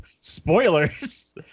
Spoilers